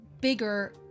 bigger